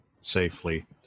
safely